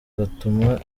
batuma